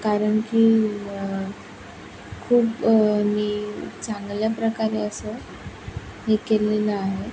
कारण की म खूप मी चांगल्या प्रकारे असं हे केलेलं आहे